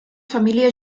família